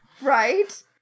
right